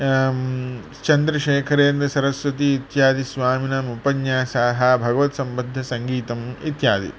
चन्द्रशेखरेन्द्रसरस्वती इत्यादि स्वामीनाम् उपन्यासाः भगवत् सम्बन्धसङ्गीतम् इत्यादि